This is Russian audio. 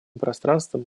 пространством